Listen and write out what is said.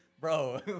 Bro